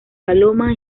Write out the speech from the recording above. paloma